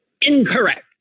incorrect